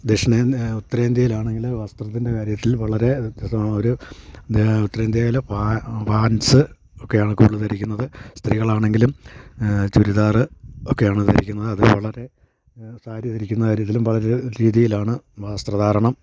ദക്ഷിണേന്ത്യ ഉത്തരേന്ത്യയിലാണെങ്കിൽ വസ്ത്രത്തിൻ്റെ കാര്യത്തിൽ വളരെ ഒരു ഉത്തരേന്ത്യയിലെ വാൻസ് ഒക്കെയാണ് കൂടുതൽ ധരിക്കുന്നത് സ്ത്രീകളാണെങ്കിലും ചുരിദാർ ഒക്കെയാണ് ധരിക്കുന്നത് അതു വളരെ സാരി ധരിക്കുന്ന കാര്യത്തിലും വളരെ രീതിയിലാണ് വസ്ത്രധാരണം